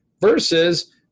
versus